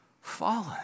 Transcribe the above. fallen